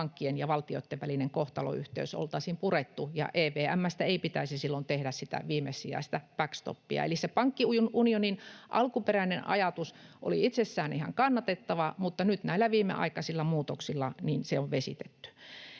pankkien ja valtioitten välinen kohtalonyhteys oltaisiin purettu, ja EVM:stä ei pitäisi silloin tehdä sitä viimesijaista backstopia. Elikkä se pankkiunionin alkuperäinen ajatus oli itsessään ihan kannatettava, mutta nyt näillä viimeaikaisilla muutoksilla se on vesitetty.